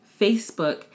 Facebook